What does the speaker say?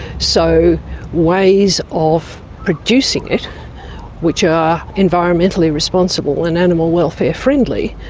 so ways of producing it which are environmentally responsible and animal welfare friendly,